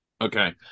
Okay